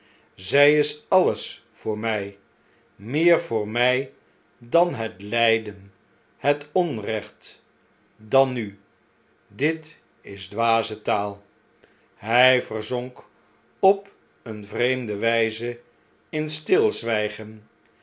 zjj is alles voor mjj meer voor mij dan het lyden het onrecht dan nu dit is dwaze taal hjj verzonk op eene vreemde wpe in stilzwjjgen